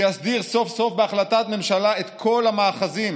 שיסדיר סוף-סוף בהחלטת ממשלה את כל המאחזים,